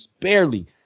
barely